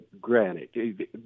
granted